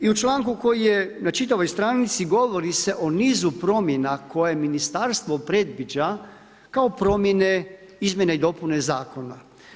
I u članku koji je na čitavoj stranici govori se o nizu promjena koje ministarstvo predviđa kao promjene, izmjene i dopune zakona.